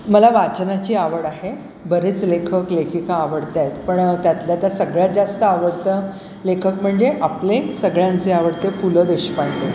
मला वाचनाची आवड आहे बरेच लेखक लेखिकां आवडत्यात पण त्यातल्या तर सगळ्यात जास्त आवडतं लेखक म्हणजे आपले सगळ्यांचे आवडते पुलं देशपांडे